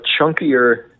chunkier